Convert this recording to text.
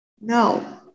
No